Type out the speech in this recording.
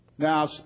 Now